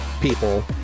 people